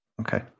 Okay